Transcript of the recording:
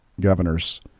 governors